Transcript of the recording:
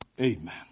Amen